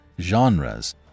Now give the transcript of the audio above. genres